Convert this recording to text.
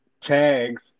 tags